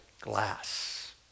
glass